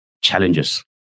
challenges